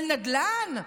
על נדל"ן?